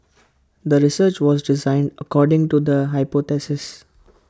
the research was designed according to the hypothesis